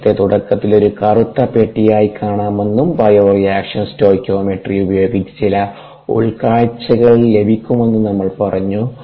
കോശത്തെ തുടക്കത്തിൽ ഒരു കറുത്ത പെട്ടിയായി കാണാമെന്നും ബയോറിയാക്ഷൻ സ്റ്റോകിയോമെട്രി ഉപയോഗിച്ച് ചില ഉൾക്കാഴ്ചകൾ ലഭിക്കുമെന്നും നമ്മൾ പറഞ്ഞു